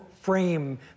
frame